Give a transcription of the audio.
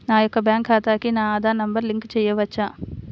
నా యొక్క బ్యాంక్ ఖాతాకి నా ఆధార్ నంబర్ లింక్ చేయవచ్చా?